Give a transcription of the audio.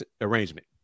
arrangement